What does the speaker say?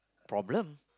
problem